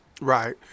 Right